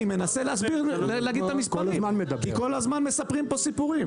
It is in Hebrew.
אני מנסה להגיד את המספרים כי כל הזמן מספרים פה סיפורים.